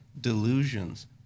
delusions